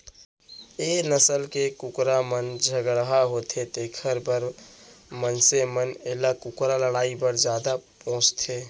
ए नसल के कुकरा मन झगरहा होथे तेकर बर मनसे मन एला कुकरा लड़ई बर जादा पोसथें